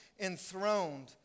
enthroned